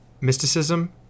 mysticism